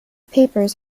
papers